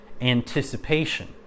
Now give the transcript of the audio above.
anticipation